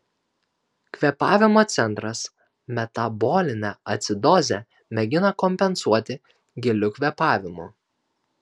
kvėpavimo centras metabolinę acidozę mėgina kompensuoti giliu kvėpavimu